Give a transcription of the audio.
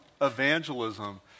evangelism